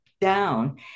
down